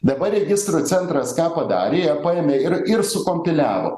dabar registrų centras ką padarė jie paėmė ir ir sukompiliavo